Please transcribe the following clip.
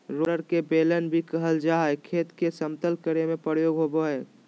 roller के बेलन भी कहल जा हई, खेत के समतल करे में प्रयोग होवअ हई